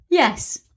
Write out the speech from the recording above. Yes